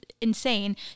insane